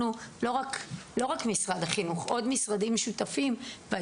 זאת אומרת